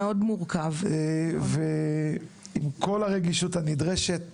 עם כל הרגישות הנדרשת